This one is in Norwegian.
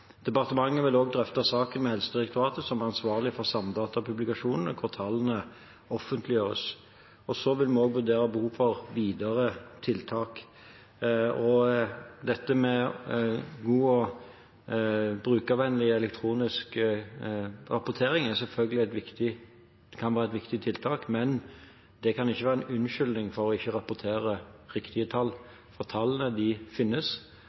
Departementet vil også drøfte saken med Helsedirektoratet, som er ansvarlig for SAMDATA-publikasjonene. Så vil vi vurdere behov for videre tiltak. God og brukervennlig elektronisk rapportering kan selvfølgelig være et viktig tiltak, men det kan ikke være en unnskyldning for ikke å rapportere riktige tall. For tallene finnes